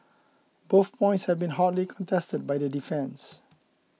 both points have been hotly contested by the defence